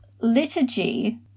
Liturgy